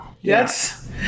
Yes